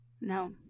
No